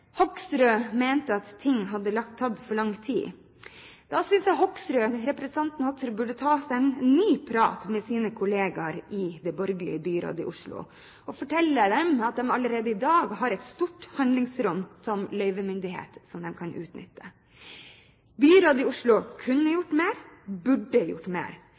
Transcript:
synes jeg representanten Hoksrud burde ta seg en ny prat med sine kollegaer i det borgerlige byrådet i Oslo og fortelle dem at de allerede i dag har et stort handlingsrom som løyvemyndighet som de kan utnytte. Byrådet i Oslo kunne gjort mer, og burde gjort mer.